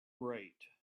right